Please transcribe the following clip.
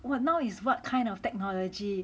now now is what kind of technology